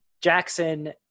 Jackson